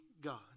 God